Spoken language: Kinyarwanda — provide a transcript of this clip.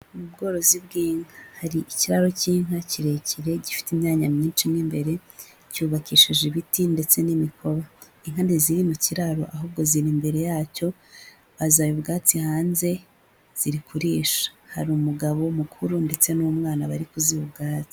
ubworozi bw'inka, hari ikiraro cy'inka kirekire gifite imyanya myinshi mu imbere, cyubakishije ibiti ndetse n'imikoba, inka ntiziri mu kiraro ahubwo ziri imbere yacyo, bazihaye ubwatsi hanze ziri kurisha, hari umugabo mukuru ndetse n'umwana bari kuziha ubwatsi.